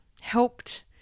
helped